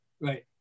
right